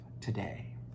today